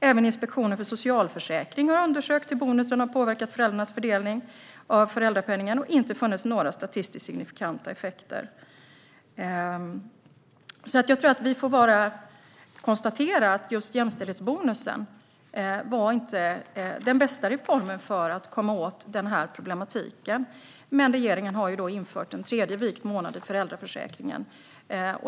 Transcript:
Även Inspektionen för socialförsäkringen har undersökt hur bonusen har påverkat föräldrarnas fördelning av föräldrapenningen och inte funnit några statistiskt signifikanta effekter. Vi får konstatera att just jämställdhetsbonusen inte var den bästa reformen för att komma åt problemen, men regeringen har infört en tredje vikt månad i föräldraförsäkringen.